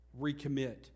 Recommit